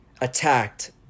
attacked